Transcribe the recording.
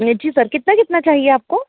मेथी sir कितना कितना चाहिए आपको